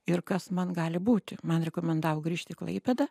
ir kas man gali būti man rekomendavo grįžt į klaipėdą